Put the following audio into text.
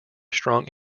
strong